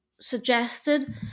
suggested